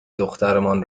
دخترمان